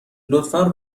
لطفا